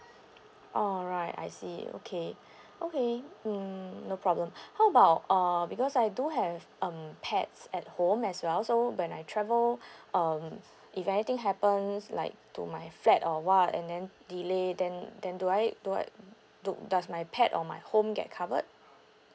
alright I see okay okay mm no problem how about err because I do have um pets at home as well so when I travel um if anything happens like to my flat or what and then delay then then do I do I do does my pet or my home get covered